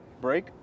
break